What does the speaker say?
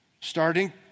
starting